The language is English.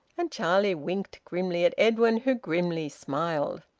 and charlie winked grimly at edwin, who grimly smiled.